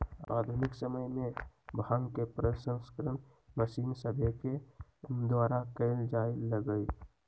आधुनिक समय में भांग के प्रसंस्करण मशीन सभके द्वारा कएल जाय लगलइ